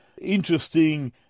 interesting